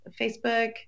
Facebook